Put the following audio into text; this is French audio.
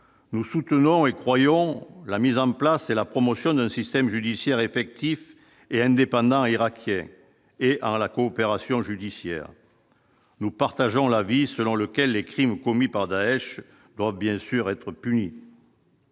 nous soutenons et croyons la mise en place et la promotion d'un système judiciaire effectif et indépendant irakiens et à la coopération judiciaire, nous partageons l'avis selon lequel les crimes commis par Daech doivent bien sûr être punis.